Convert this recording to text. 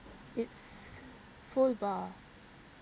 it's full bar